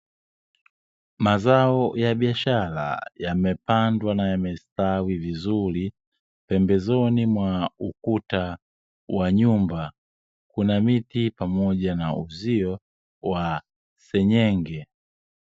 Mazao ya biashara yamepandwa na yamemistawi vizuri, pembezoni mwa ukuta wa nyumba kuna miti pamoja na uzio wa senyenge.